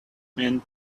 men